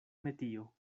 metio